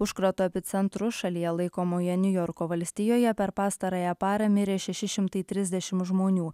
užkrato epicentru šalyje laikomoje niujorko valstijoje per pastarąją parą mirė šeši šimtai trisdešim žmonių